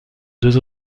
deux